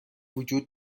وجود